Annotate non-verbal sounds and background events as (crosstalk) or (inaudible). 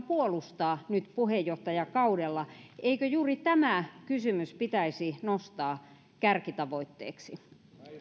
(unintelligible) puolustaa nyt puheenjohtajakaudella eikö juuri tämä kysymys pitäisi nostaa kärkitavoitteeksi